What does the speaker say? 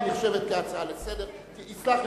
היא נחשבת כהצעה לסדר-היום,